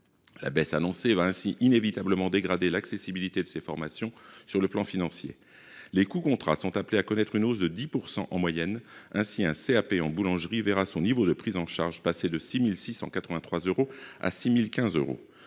La baisse annoncée va inévitablement dégrader l’accessibilité de ces formations sur le plan financier. Le coût des contrats est appelé à connaître une hausse de 10 % en moyenne : ainsi, un CAP en boulangerie verra son niveau de prise en charge passer de 6 683 euros à 6 015 euros.